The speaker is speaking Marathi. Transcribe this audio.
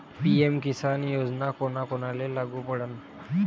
पी.एम किसान योजना कोना कोनाले लागू पडन?